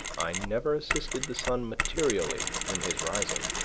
i never assisted the sun materially in his rising,